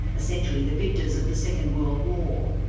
essentially the victors of the second world war.